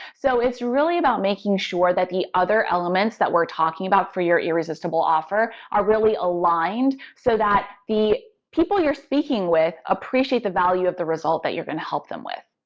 so it's really about making sure that the other elements that we're talking about for your irresistible offer are really aligned so that the people you're speaking with appreciate the value of the result that you're going to help them with.